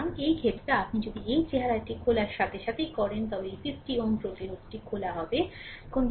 সুতরাং এই ক্ষেত্রে আপনি যদি এই চেহারাটি খোলার সাথে সাথেই করেন তবে এই 50 Ω প্রতিরোধটি খোলা হবে